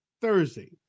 Thursday